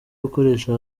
gukoresha